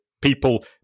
people